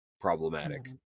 problematic